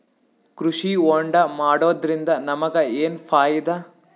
ಕೃಷಿ ಹೋಂಡಾ ಮಾಡೋದ್ರಿಂದ ನಮಗ ಏನ್ ಫಾಯಿದಾ?